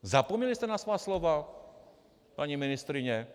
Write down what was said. Zapomněli jste na svá slova, paní ministryně?